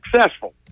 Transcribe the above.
successful